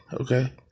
okay